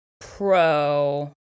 pro